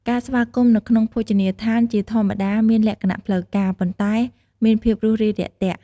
ការស្វាគមន៍នៅក្នុងភោជនីយដ្ឋានជាធម្មតាមានលក្ខណៈផ្លូវការ ប៉ុន្តែមានភាពរួសរាយរាក់ទាក់។